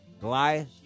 Goliath